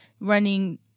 running